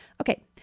Okay